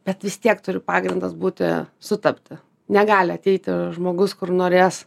bet vis tiek turi pagrindas būti sutapti negali ateiti žmogus kur norės